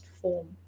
form